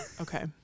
Okay